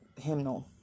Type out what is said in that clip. hymnal